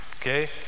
okay